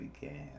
began